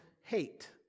hate